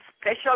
special